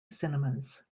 cinemas